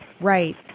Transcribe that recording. Right